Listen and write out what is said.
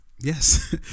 Yes